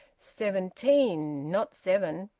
seventeen, not seven!